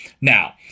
Now